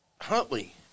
Huntley